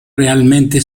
realmente